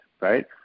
right